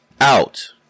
out